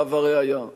עליו הראיה.